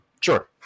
Sure